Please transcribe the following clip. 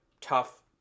tough